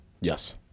Yes